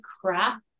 crap